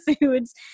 foods